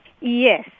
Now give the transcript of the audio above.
Yes